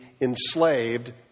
enslaved